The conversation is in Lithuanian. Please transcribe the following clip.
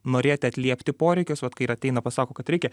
norėti atliepti poreikius vat kai ir ateina pasako kad reikia